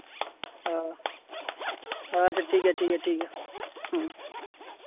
ᱚᱻ ᱟᱪᱪᱷᱟ ᱴᱷᱤᱠ ᱜᱮᱭᱟ ᱴᱷᱤᱠ ᱜᱮᱭᱟ